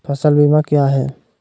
फ़सल बीमा क्या है?